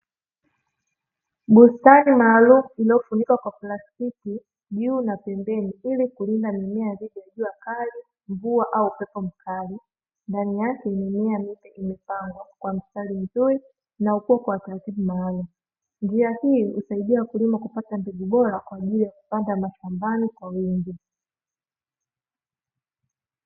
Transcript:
Bustani maalumu iliyofunikwa kwa plastiki juu na pembeni ili kulinda mimea dhidi ya jua kali mvua au upepo mkali. Ndani yake ina mimea mingi iliyokaa kwa mstari mzuri kwa ukoka wa plastiki maalumu njia hii husaidia wakulima kupata mbegu bora kwa ajili ya kupanga mashambani kwa wingi.